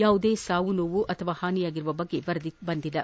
ಯಾವುದೇ ಸಾವು ನೋವು ಅಥವಾ ಹಾನಿಯಾಗಿರುವ ಬಗ್ಗೆ ವರದಿಯಾಗಿಲ್ಲ